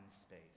space